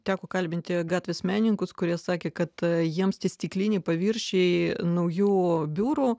teko kalbinti gatvės menininkus kurie sakė kad jiems tie stikliniai paviršiai naujų biurų